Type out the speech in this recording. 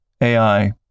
AI